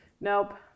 Nope